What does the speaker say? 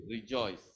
Rejoice